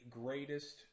greatest